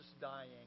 dying